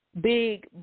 big